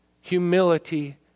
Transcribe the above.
humility